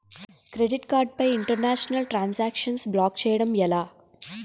Credit card పై international transaction block చేయటం ఎలా?